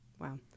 Wow